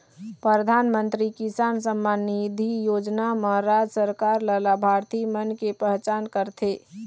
परधानमंतरी किसान सम्मान निधि योजना म राज सरकार ल लाभार्थी मन के पहचान करथे